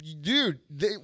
Dude